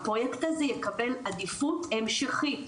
הפרויקט הזה יקבל עדיפות המשכית,